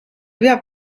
peab